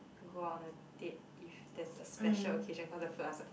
go out on a date if there's a special occasion cause the food are so